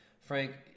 Frank